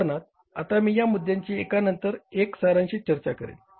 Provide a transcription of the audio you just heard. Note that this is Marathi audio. उदाहरणार्थ आता मी या मुद्द्यांची एका नंतर एक सारांशीत चर्चा करेन